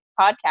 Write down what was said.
podcast